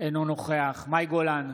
אינו נוכח מאי גולן,